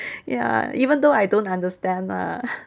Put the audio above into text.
ya even though I don't understand lah